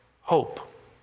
hope